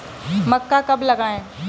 मक्का कब लगाएँ?